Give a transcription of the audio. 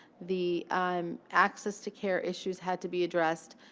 the um access to care issues had to be addressed,